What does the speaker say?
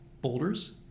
boulders